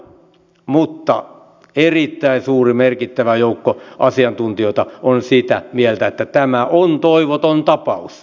mutta erittäin suuri merkittävä joukko asiantuntijoita on sitä mieltä että tämä on toivoton tapaus